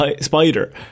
spider